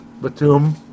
Batum